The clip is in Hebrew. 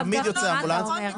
מה אתה אומר?